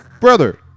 Brother